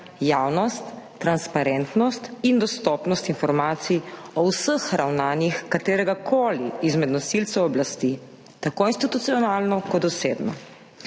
javnost, transparentnost in dostopnost informacij o vseh ravnanjih kateregakoli izmed nosilcev oblasti, tako institucionalno kot osebno.